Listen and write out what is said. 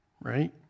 Right